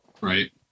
right